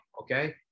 okay